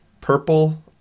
Purple